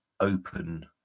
open